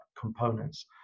components